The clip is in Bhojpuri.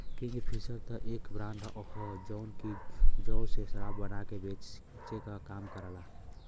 किंगफिशर त एक ब्रांड हौ जौन की जौ से शराब बना के बेचे क काम करला